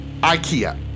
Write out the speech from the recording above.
IKEA